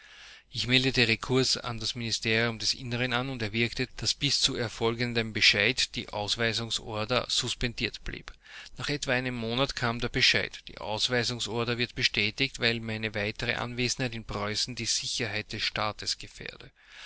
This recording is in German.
ich meldete rekurs an das ministerium des innern an und erwirkte daß bis zu erfolgendem bescheid die ausweisungsorder suspendiert blieb nach etwa einem monat kam der bescheid die ausweisungsorder wird bestätigt weil meine weitere anwesenheit in preußen die sicherheit des